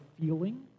feeling